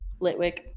Litwick